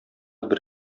бер